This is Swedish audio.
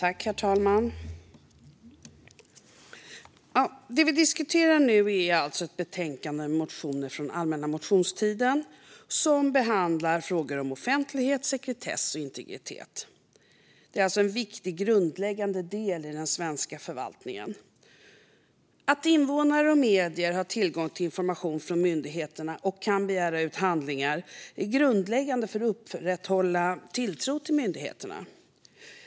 Herr talman! Vi diskuterar nu ett betänkande med motioner från allmänna motionstiden som behandlar frågor om offentlighet, sekretess och integritet. Det är alltså en viktig och grundläggande del i den svenska förvaltningen. Att invånare och medier har tillgång till information från myndigheterna och kan begära ut handlingar är grundläggande för att upprätthålla tilltro till myndigheterna.